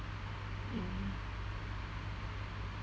mm